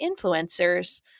influencers